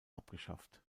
abgeschafft